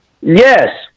Yes